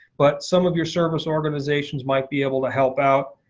but some of your service organizations might be able to help out.